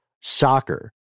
Soccer